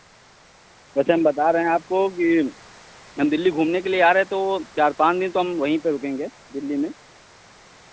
वैसे हम बता रहें आपको कि हम दिल्ली घूमने के लिए आ रहे तो चार पाँच दिन तो हम वहीं पे रुकेंगे दिल्ली में